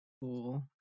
Cool